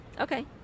Okay